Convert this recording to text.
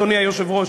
אדוני היושב-ראש,